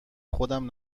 خودم